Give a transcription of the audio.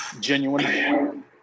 Genuine